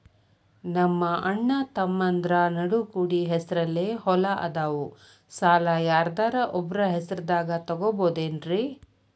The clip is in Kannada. ನಮ್ಮಅಣ್ಣತಮ್ಮಂದ್ರ ನಡು ಕೂಡಿ ಹೆಸರಲೆ ಹೊಲಾ ಅದಾವು, ಸಾಲ ಯಾರ್ದರ ಒಬ್ಬರ ಹೆಸರದಾಗ ತಗೋಬೋದೇನ್ರಿ?